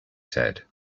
said